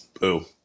Boo